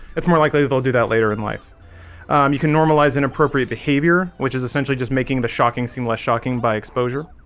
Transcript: it's more likely. they'll do that later in life you can normalize inappropriate behavior, which is essentially just making the shocking seem less shocking by exposure?